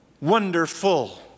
wonderful